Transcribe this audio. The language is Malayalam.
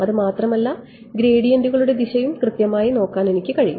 അത് മാത്രമല്ല ഗ്രേഡിയന്റുകളുടെ ദിശയും കൃത്യമായി നോക്കാൻ എനിക്ക് കഴിയും